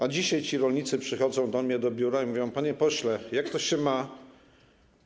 A dzisiaj ci rolnicy przychodzą do mnie do biura i pytają: Panie pośle, jak to się ma do tego?